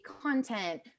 content